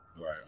Right